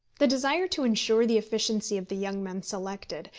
the desire to insure the efficiency of the young men selected,